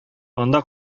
анда